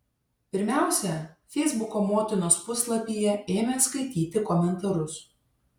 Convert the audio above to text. pirmiausia feisbuko motinos puslapyje ėmė skaityti komentarus